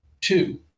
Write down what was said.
two